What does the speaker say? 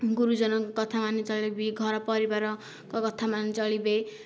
ଗୁରୁଜନଙ୍କ କଥା ମାନି ଚଳିବେ ଘର ପରିବାରଙ୍କ କଥା ମାନି ଚଳିବେ